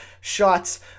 shots